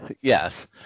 Yes